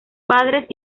padres